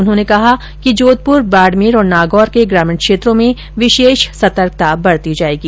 उन्होंने कहा कि जोधपुर बाड़मेर और नागौर के ग्रामीण क्षेत्रों में विशेष सतर्कता बरती जाएगी